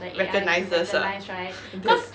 recognises ah